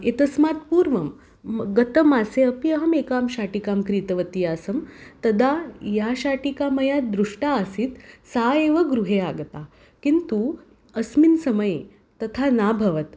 एतस्मात् पूर्वं गतमासे अपि अहम् एकां शाटिकां क्रीतवती आसम् तदा या शाटिका मया दृष्टा आसीत् सा एव गृहे आगता किन्तु अस्मिन् समये तथा नाभवत्